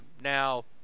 Now